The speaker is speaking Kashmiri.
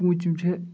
پوٗنٛژِم چھِ